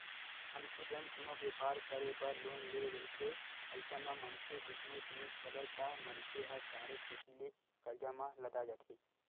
मनखे जउन कोनो बेपार करे बर लोन ले रहिथे अइसन म मनखे बिजनेस नइ चलय त मनखे ह चारे कोती ले करजा म लदा जाथे